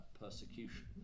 persecution